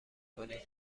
کنید